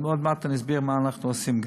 ועוד מעט אני אסביר מה אנחנו עושים.